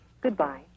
Goodbye